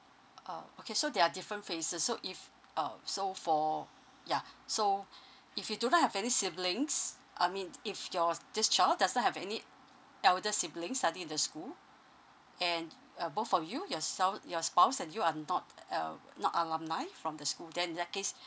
um okay so there are different phases so if uh so for ya so if you do not have any siblings I mean if your this child does not have any elder siblings study in the school and uh both of you yourself your spouse and you are not uh not alumni from the school then in that case